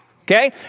okay